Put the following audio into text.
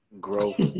growth